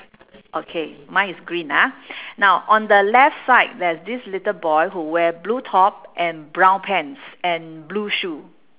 okay mine is green ah now on the left side there's this little boy who wear blue top and brown pants and blue shoe